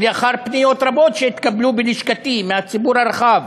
ולאחר פניות רבות שהתקבלו בלשכתי מהציבור הרחב,